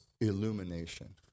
illumination